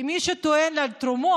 כי מי שטוען על תרומות,